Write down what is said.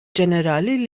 ġenerali